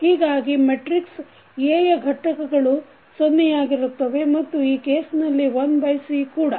ಹೀಗಾಗಿ matrix A ಯ ಘಟಕಗಳು ಸೊನ್ನೆಯಾಗಿರುತ್ತವೆ ಮತ್ತು ಈ ಕೇಸ್ನಲ್ಲಿ 1C ಕೂಡ